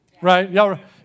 right